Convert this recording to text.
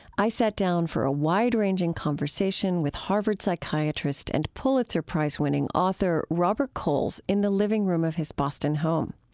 i sat down for a wide-ranging conversation with harvard psychiatrist and pulitzer prize-winning author robert coles in the living room of his boston home.